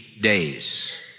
days